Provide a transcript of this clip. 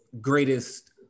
greatest